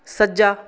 ਸੱਜਾ